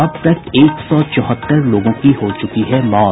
अब तक एक सौ चौहत्तर लोगों की हो चुकी है मौत